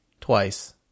twice